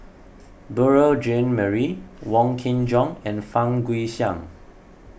Beurel Jean Marie Wong Kin Jong and Fang Guixiang